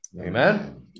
Amen